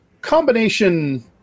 combination